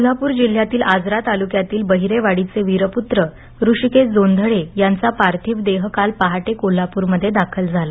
कोल्हापूर जिल्ह्यातील आजरा तालुक्यातील बहिरेवाडीचे वीरपूत्र ऋषीकेश जोंधळे यांचा पार्थिव देह काल पहाटे कोल्हापूरमध्ये दाखल झाला